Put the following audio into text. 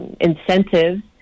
incentives